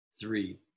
Three